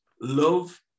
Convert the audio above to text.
love